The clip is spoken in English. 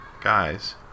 guys